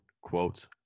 quotes